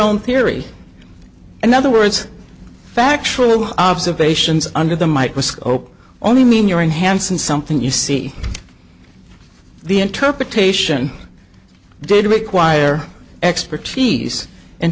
own theory another words factual observations under the microscope only mean you're enhanced in something you see the interpretation did require expertise in